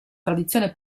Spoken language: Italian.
tradizione